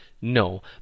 No